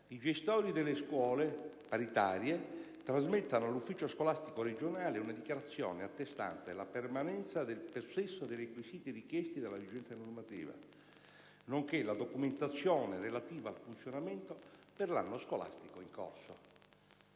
i gestori delle scuole paritarie trasmettano all'ufficio scolastico regionale una dichiarazione attestante la permanenza del possesso dei requisiti richiesti dalla vigente normativa, nonché la documentazione relativa al funzionamento per l'anno scolastico in corso.